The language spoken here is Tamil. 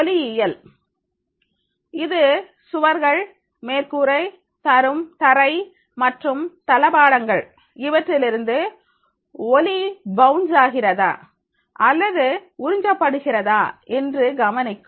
ஒலியியல் இது சுவர்கள் மேற்கூரை தரை மற்றும் தளபாடங்கள் இவற்றிலிருந்து ஒலி பவுன்ஸ் ஆகிறதா அல்லது உறிஞ்சப்படுகிறதா என்று கவனிக்கும்